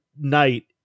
night